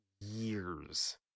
years